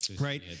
Right